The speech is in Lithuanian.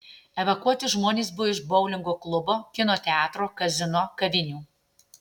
evakuoti žmonės buvo iš boulingo klubo kino teatro kazino kavinių